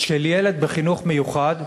של ילד בחינוך מיוחד,